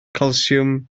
calsiwm